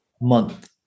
month